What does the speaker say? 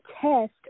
test